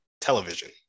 television